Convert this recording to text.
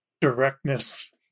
directness